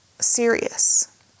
serious